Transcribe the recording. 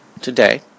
Today